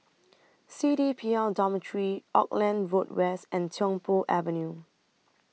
C D P L Dormitory Auckland Road West and Tiong Poh Avenue